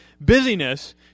Busyness